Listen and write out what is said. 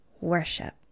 worship